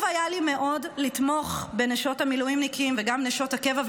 היה לי מאוד חשוב לתמוך בנשות המילואימניקים וגם בנשות הקבע,